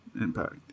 Impact